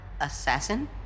Assassin